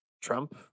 trump